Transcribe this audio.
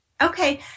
Okay